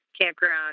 campground